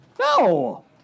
No